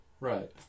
Right